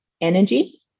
energy